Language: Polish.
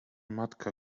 matka